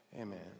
Amen